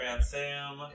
Sam